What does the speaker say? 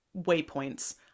waypoints